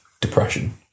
depression